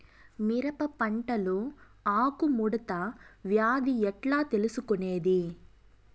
మిరప పంటలో ఆకు ముడత వ్యాధి ఎట్లా తెలుసుకొనేది?